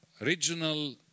regional